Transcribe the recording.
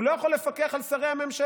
הוא לא יכול לפקח על שרי הממשלה,